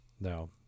No